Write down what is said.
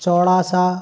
चौड़ा सा